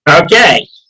Okay